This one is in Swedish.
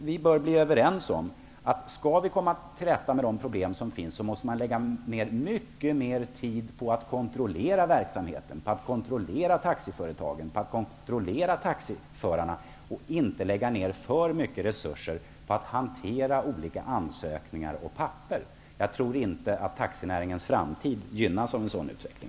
Vi bör komma överens om att man, om vi skall komma till rätta med de problem som finns, måste lägga ned mycket mer tid på att kontrollera verksamheten -- taxiföretagen och förarna -- och inte lägga ner för mycket resurser på att hantera olika ansökningar och papper. Jag tror inte att taxinäringens framtid gynnas av en sådan utveckling.